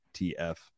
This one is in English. tf